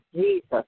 Jesus